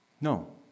No